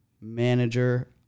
manager